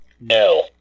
No